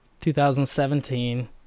2017